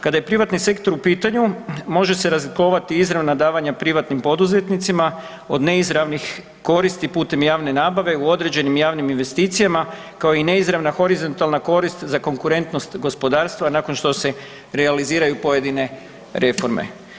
Kada je privatni sektor u pitanju može se razlikovati izravna davanja privatnim poduzetnicima od neizravnih koristi putem javne nabave u određenim javnim investicijama kao i neizravna horizontalna korist za konkurentnost gospodarstva nakon što se realiziraju pojedine reforme.